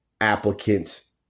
applicants